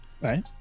Right